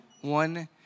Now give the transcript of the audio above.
one